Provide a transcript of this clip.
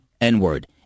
N-word